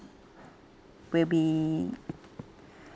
will be